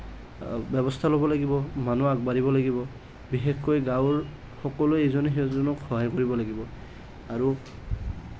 ব্যৱস্থা ল'ব লাগিব মানুহ আগবাঢ়িব লাগিব বিশেষকৈ গওঁৰ সকলোৱে ইজনে সিজনক সহায় কৰিব লাগিব আৰু